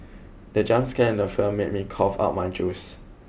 the jump scare in the film made me cough out my juice